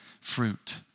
fruit